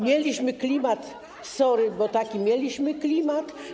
Mieliśmy klimat, sorry, bo taki mieliśmy klimat.